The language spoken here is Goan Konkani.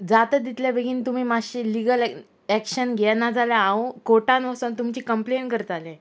जाता तितले बेगीन तुमी मातशें लीगल एक्शन घेना जाल्यार हांव कोर्टान वचोन तुमची कंप्लेन करतालें